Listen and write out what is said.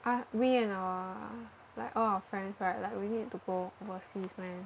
as~ we and our like all our friends right like we need to go overseas meh